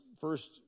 first